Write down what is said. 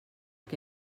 que